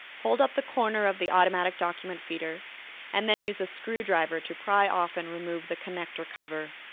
hold up the corner of the automatic document feeder and then use a screwdriver to pry off and remove the connector cover.